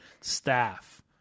staff